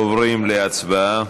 עוברים להצבעה.